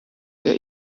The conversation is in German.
der